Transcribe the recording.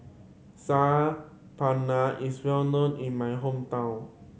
Saag Paneer is well known in my hometown